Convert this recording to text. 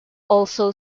also